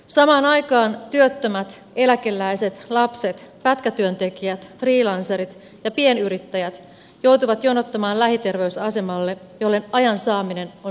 samaan aikaan työttömät eläkeläiset lapset pätkätyöntekijät freelancerit ja pienyrittäjät joutuvat jonottamaan lähiterveysasemalle jolle ajan saaminen on sattumanvaraista